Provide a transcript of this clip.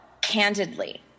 candidly